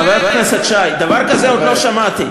חבר הכנסת שי, דבר כזה עוד לא שמעתי.